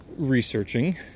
researching